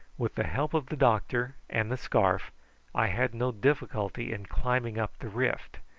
with the help of the doctor and the scarf i had no difficulty in climbing up the rift,